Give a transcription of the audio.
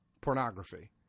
pornography